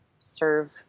serve